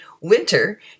Winter